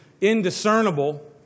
indiscernible